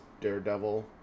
Daredevil